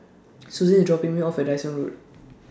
Susan IS dropping Me off At Dyson Road